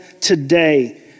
today